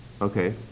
Okay